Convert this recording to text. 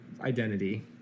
identity